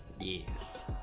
Yes